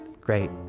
Great